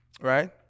right